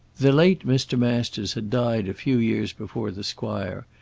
the late mr. masters had died a few years before the squire,